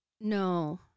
No